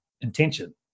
intention